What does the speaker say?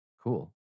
cool